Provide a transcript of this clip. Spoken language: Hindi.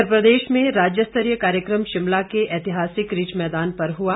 इधर प्रदेश में राज्य स्तरीय कार्यक्रम शिमला के ऐतिहासिक रिज मैदान पर हुआ